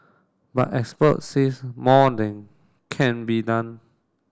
but experts says more can be done